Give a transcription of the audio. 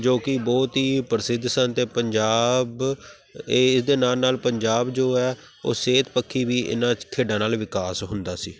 ਜੋ ਕਿ ਬਹੁਤ ਹੀ ਪ੍ਰਸਿੱਧ ਸਨ ਅਤੇ ਪੰਜਾਬ ਇਹ ਇਸਦੇ ਨਾਲ ਨਾਲ ਪੰਜਾਬ ਜੋ ਹੈ ਉਹ ਸਿਹਤ ਪੱਖੀ ਵੀ ਇਹਨਾਂ ਚ ਖੇਡਾਂ ਨਾਲ ਵਿਕਾਸ ਹੁੰਦਾ ਸੀ